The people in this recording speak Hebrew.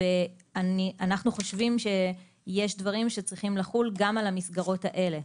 ואנחנו חושבים שיש דברים שצריכים לחול גם על המסגרות האלה,